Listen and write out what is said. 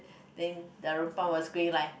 think Darunpan was green like